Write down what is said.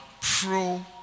pro